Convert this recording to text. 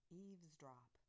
eavesdrop